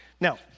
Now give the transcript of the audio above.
Now